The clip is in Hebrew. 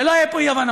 שלא יהיו פה אי-הבנות.